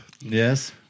Yes